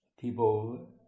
people